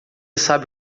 sabe